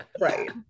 Right